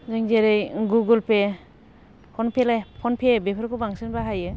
नजों जेरै Google Pay PhonePe बेफोरखौ बांसिन बाहायो